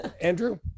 Andrew